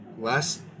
Last